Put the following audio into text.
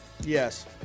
Yes